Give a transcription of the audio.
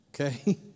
Okay